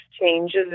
changes